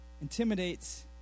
intimidates